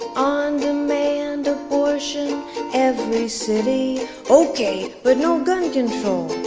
on-demand abortion every city ok, but no gun control.